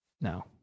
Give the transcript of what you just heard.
No